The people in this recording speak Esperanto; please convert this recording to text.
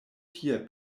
tie